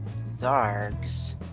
zargs